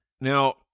Now